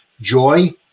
joy